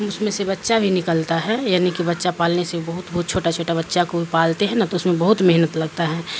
اس میں سے بچہ بھی نکلتا ہے یعنی کہ بچہ پالنے سے بہت بہت چھوٹا چھوٹا بچہ کو پالتے ہیں نا تو اس میں بہت محنت لگتا ہے